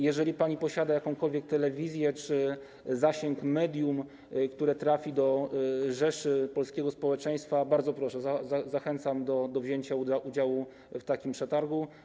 Jeżeli pani posiada jakąkolwiek telewizję czy zasięg medium, które trafi do rzeszy polskiego społeczeństwa, to bardzo proszę, zachęcam do wzięcia udziału w takim przetargu.